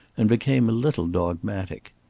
and became a little dogmatic.